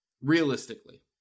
Realistically